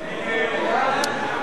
מי